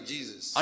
Jesus